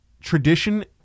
tradition